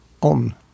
on